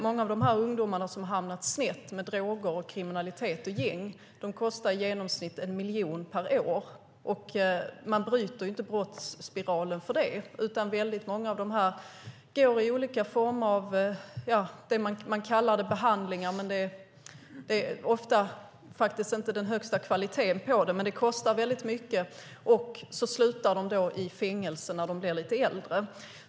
Många av de ungdomar som hamnat snett med droger, kriminalitet och gäng kostar i genomsnitt en miljon per år. Man bryter inte brottsspiralen för det, utan många av dessa ungdomar går i olika former av det som man kallar för behandlingar, trots att de ofta inte är av den högsta kvaliteten. Det kostar mycket, och många av ungdomarna slutar ändå i fängelse när de blir lite äldre.